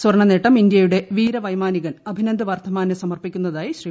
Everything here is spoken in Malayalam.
സ്വർണനേട്ടം ഇന്ത്യയുടെ വീരവൈമാനികൻ അഭിനന്ദ് വർത്തമാന് സമർപ്പിക്കുന്നതായി ശ്രീ